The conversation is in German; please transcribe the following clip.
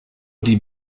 die